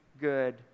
good